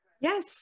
Yes